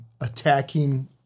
attacking